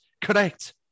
correct